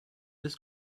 this